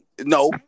No